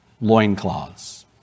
loincloths